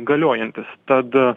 galiojantis tad